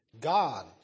God